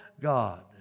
God